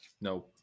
no